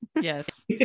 yes